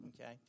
okay